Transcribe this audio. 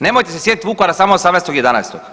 Nemojte se sjetiti Vukovara samo 18. 11.